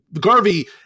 Garvey